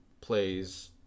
plays